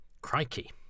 Crikey